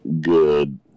good –